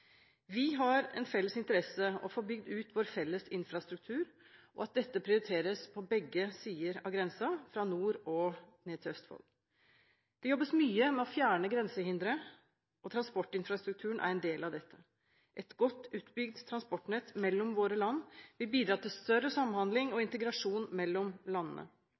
Vi har en felles interesse i å få bygd ut vår felles infrastruktur og at dette prioriteres på begge sider av grensen, fra nord og ned til Østfold. Det jobbes mye med å fjerne grensehindere, og transportinfrastrukturen er en del av dette. Et godt utbygd transportnett mellom våre land vil bidra til større samhandling og integrasjon mellom landene.